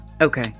okay